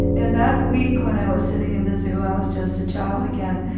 in that week when i was sitting in the zoo, i was just a child again,